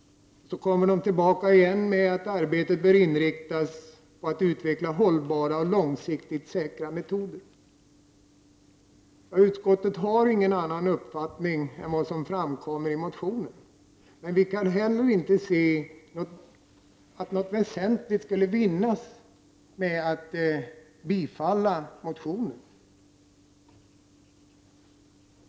De kommer tillbaka igen och säger att arbetet bör inriktas på att utveckla hållbara och långsiktigt säkra metoder. Utskottet har inte någon annan uppfattning än vad som framkommer i motionen men kan heller inte se att något väsentligt skulle vinnas med ett bifall. Fru talman!